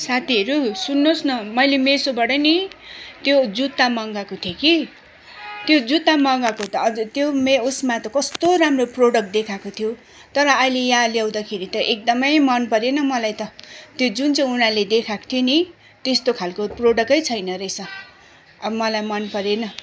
साथीहरू सुन्नुहोस् न मैले मिसोबाट नि त्यो जुत्ता मगाएको थिएँ कि त्यो जुत्ता मगाएको त त्यो उसमा त कस्तो राम्रो प्रडक्ट देखाएको थियो तर अहिले यहाँ ल्याउँदाखेरि त एकदमै मन परेन मलाई त त्यो जुन चाहिँ उनीहरूले देखाएको थियो नि त्यस्तो खालको प्रोडक्टै छैन रहेछ अब मलाई मन परेन